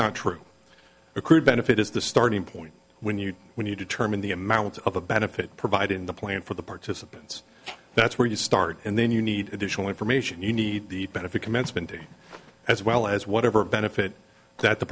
not true accrued benefit is the starting point when you when you determine the amount of a benefit provided in the plan for the participants that's where you start and then you need additional information you need the benefit commencement as well as whatever benefit that the